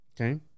Okay